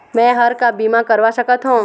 मैं हर का बीमा करवा सकत हो?